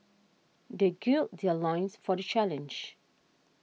they gird their loins for the challenge